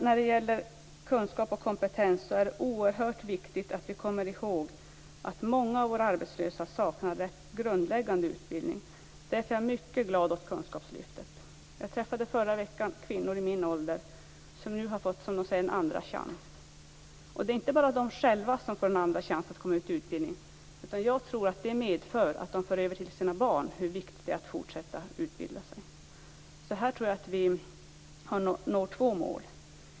När det gäller kunskap och kompetens skulle jag vilja säga att det är oerhört viktigt att vi kommer ihåg att många av våra arbetslösa saknar rätt grundläggande utbildning. Därför är jag mycket glad för kunskapslyftet. Förra veckan träffade jag kvinnor i min egen ålder som nu har fått, som de säger, en andra chans. Det är inte bara de själva som får en andra chans genom att komma ut i utbildning, utan jag tror att det medför att de för över till sina barn hur viktigt det är att fortsätta utbilda sig. Jag tror därför att vi når två mål med detta.